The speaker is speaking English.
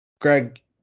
Greg